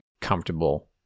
comfortable